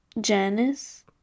Janice